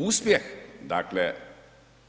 Uspjeh